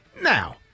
Now